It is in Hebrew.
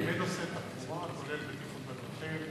בנושא תחבורה, לרבות בטיחות בדרכים.